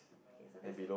okay so that's